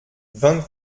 vingt